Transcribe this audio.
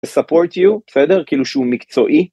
ספורט יו פדר כאילו שהוא מקצועי.